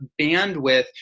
bandwidth